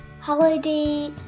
holiday